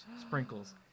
sprinkles